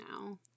now